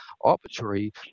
arbitrary